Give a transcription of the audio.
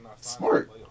Smart